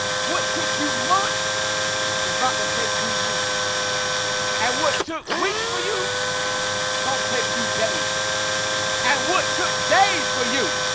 what took you months is about but to take you weeks and what took weeks for you don't take you days and what took days for you,